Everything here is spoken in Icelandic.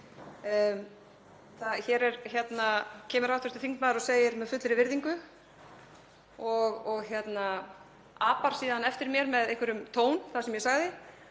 Hér kemur hv. þingmaður og segir „með fullri virðingu“, og apar síðan eftir mér í einhverjum tón það sem ég sagði